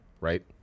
Right